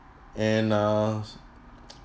and uh s~